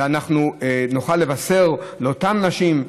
ואנחנו נוכל לבשר לאותן נשים,